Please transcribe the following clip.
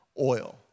oil